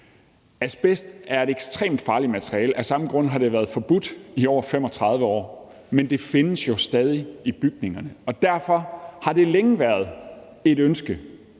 Asbest er et ekstremt farligt materiale. Af samme grund har det været forbudt i over 35 år, men det findes jo stadig i bygningerne, og derfor har det længe været et ønske